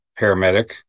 paramedic